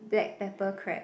black pepper crab